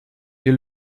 wir